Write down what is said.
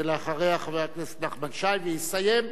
ואחריה, חבר הכנסת נחמן שי, ויסיים,